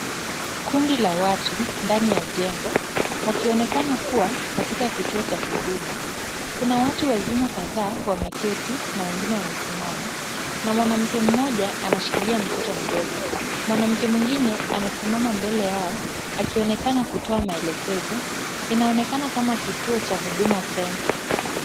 Kundi la watu ndani ya jengo wakionekana kuwa katika kituo cha huduma. Kuna watu wazima kadhaa wameketi na wengine wamesimama na mwanamke mmoja anashikilia mtoto mdogo. Mwanamke mwingine amesimama mbele yao akionekana kutoa maelekezo. Inaonekana kama kituo cha Huduma Centre.